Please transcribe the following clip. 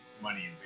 money